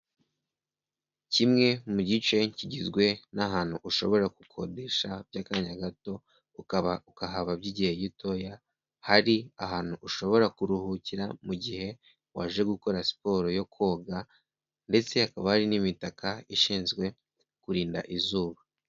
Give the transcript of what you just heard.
Kimwe mu gice kigizwe n'ahantu ushobora gukodesha by'akanya gatoya, ukaba wahaba by'igihe gitoya hari ahantu ushobora kuruhukira mu gihe waje gukora siporo yo koga ndetse hakaba hari n'imitaka ishinzwe kukurinda izuba.